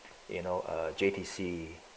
you know uh J_T_C